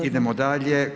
Idemo dalje.